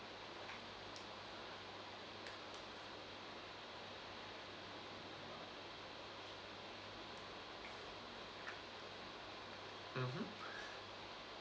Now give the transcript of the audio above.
mmhmm